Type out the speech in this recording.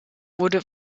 wurde